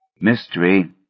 Mystery